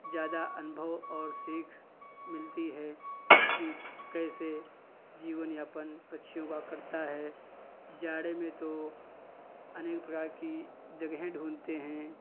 ज़्यादा अनुभव और सीख मिलती है कि कैसे जीवन यापन पक्षियों का कटता है जाड़े में तो अनेक प्रकार की जगहें ढूँढते हैं